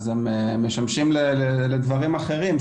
משמשים לדברים אחרים,